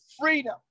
freedom